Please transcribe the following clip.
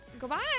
Goodbye